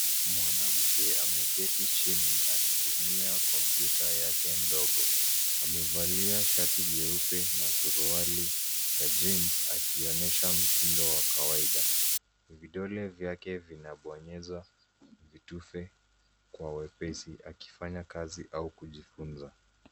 Mwanamke ameketi chini akitumia kompyuta yake ndogo. Amevalia shati jeupe na suruali ya jeans akionyesha mtindo wa kawaida. Vidole vyake vinabonyeza vitufe kwa wepesi akifanya kazi au kujifunza.